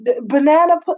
Banana